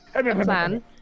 plan